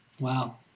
Wow